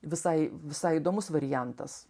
visai visai įdomus variantas